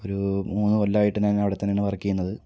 ഒരു മൂന്ന് കൊല്ലായിട്ട് ഞാൻ അവിടെ തന്നെയാണ് വർക്ക് ചെയ്യുന്നത്